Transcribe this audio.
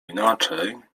inaczej